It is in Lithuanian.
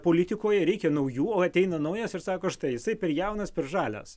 politikoje reikia naujų o ateina naujas ir sako štai jisai per jaunas per žalias